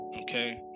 okay